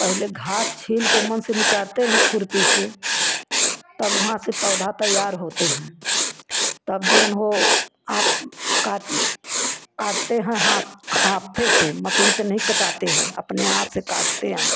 पहले घास छील कर ओहमन से निकरते रहें खुरपी से तब वहाँ से पौधा तैयार होते हैं तब जौन हो आप काट काटते हैं हाथ हाथे से मसीन से नही कटाते हैं अपने हाथ से काटते हैं